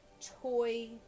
toy